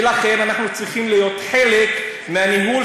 ולכן אנחנו צריכים להיות חלק מהניהול